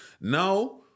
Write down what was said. Now